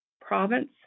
province